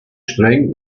streng